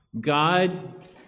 God